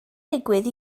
digwydd